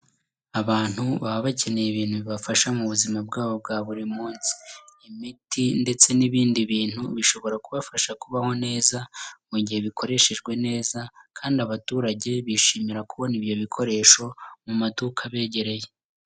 Abantu baba bakeneye ibintu bibafasha mu buzima bwabo bwa buri munsi. Imiti ndetse n'ibindi bintu, bishobora kubafasha kubaho neza, mu gihe bikoreshejwe neza kandi abaturage bishimira kubona ibyo bikoresho, mu maduka abegereye.